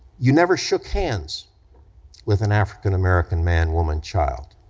you never shook hands with an african-american man, woman, child.